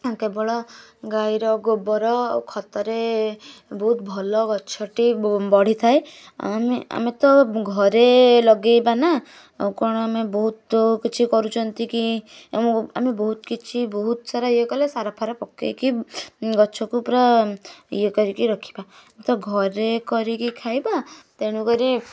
କେବଳ ଗାଈର ଗୋବର ଆଉ ଖତରେ ବହୁତ ଭଲ ଗଛ ଟି ବଢ଼ିଥାଏ ଆମେ ଆମେ ତ ଘରେ ଲଗାଇବା ନା କ'ଣ ଆମେ ବହୁତ କିଛି କରୁଛନ୍ତି କି ଆମକୁ ଆମେ ବହୁତ କିଛି ବହୁତ ସାରା ଇଏ କଲେ ସାର ଫାର ପକାଇକି ଗଛକୁ ପୁରା ଇଏ କରିକି ରଖିବା ତ ଘରେ କରିକି ଖାଇବା ତେଣୁ କରି